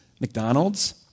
McDonald's